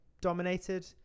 dominated